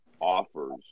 offers